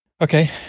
Okay